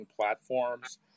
platforms